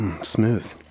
Smooth